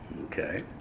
Okay